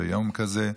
ביום כזה,